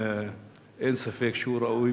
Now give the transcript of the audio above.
אין ספק שהוא ראוי,